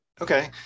Okay